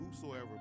whosoever